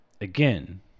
again